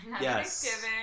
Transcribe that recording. Yes